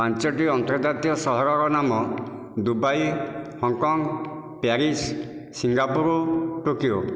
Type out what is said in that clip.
ପାଞ୍ଚୋଟି ଆନ୍ତର୍ଜାତୀୟ ସହରର ନାମ Dubai Hong Kong Paris Singapore Tokyo